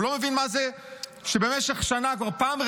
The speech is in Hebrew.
הוא לא מבין מה זה שבמשך שנה כבר פעם רביעית,